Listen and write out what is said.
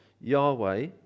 Yahweh